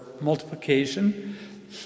multiplication